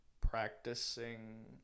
practicing